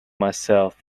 myself